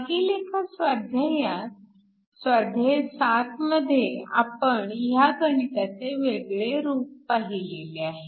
मागील एका स्वाध्यायात स्वाध्याय 7 मध्ये आपण ह्या गणिताचे वेगळे रूप पाहिलेले आहे